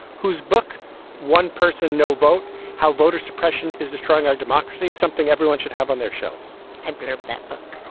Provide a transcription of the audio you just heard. whose book one person no vote how voter suppression is destroying our democracy is something everyone should have on their shelves and peter, that book